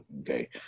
okay